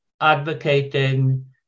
advocating